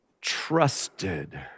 trusted